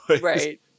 Right